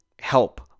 help